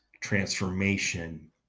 transformation